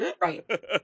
Right